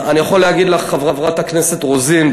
חברת הכנסת רוזין,